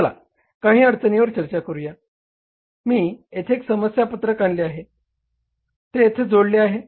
चला काही अडचणींवर चर्चा करूया मी येथे एक समस्या पत्रक आणले आहे ते येथे जोडले आहे